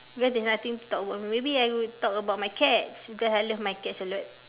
when there's nothing talk about maybe I would talk my cats because love my cats a lot